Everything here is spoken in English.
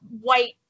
white